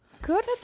good